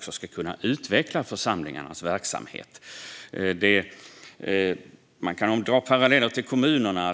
ska kunna utveckla församlingarnas verksamhet. Vi kan dra paralleller till kommunerna.